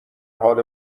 حال